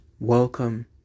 Welcome